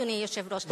אדוני היושב-ראש,